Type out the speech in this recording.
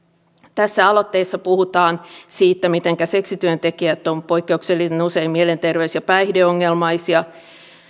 tässä aloitteessa puhutaan siitä miten seksityöntekijät ovat poikkeuksellisen usein mielenterveys ja päihdeongelmaisia